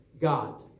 God